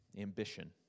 ambition